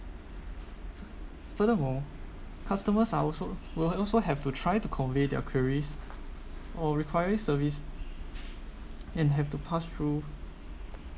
furthermore customers are also will also have to try to convey their queries or requires service and have to pass through